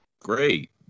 Great